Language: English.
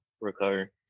recover